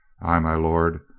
ay, my lord,